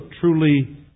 truly